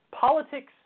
Politics